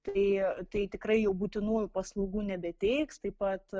tai tai tikrai jau būtinųjų paslaugų nebeteiks taip pat